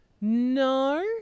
No